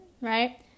right